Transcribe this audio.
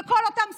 וכל אותן סיסמאות,